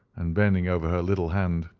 and bending over her little hand.